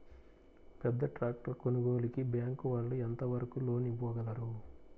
పెద్ద ట్రాక్టర్ కొనుగోలుకి బ్యాంకు వాళ్ళు ఎంత వరకు లోన్ ఇవ్వగలరు?